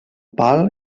pal